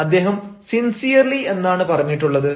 അദ്ദേഹം സിൻസിയർലി എന്നാണ് പറഞ്ഞിട്ടുള്ളത്